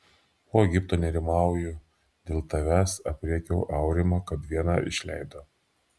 po egipto nerimauju dėl tavęs aprėkiau aurimą kad vieną išleido